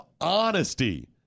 honesty